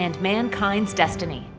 and mankind's destiny